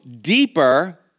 deeper